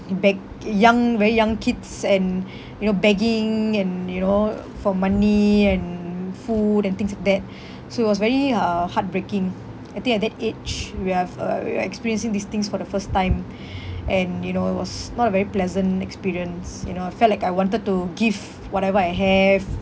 beg young very young kids and you know begging and you know for money and food and things like that so it was very uh heartbreaking I think at that age we have uh we are experiencing these things for the first time and you know it was not a very pleasant experience you know I felt like I wanted to give whatever I have